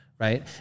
Right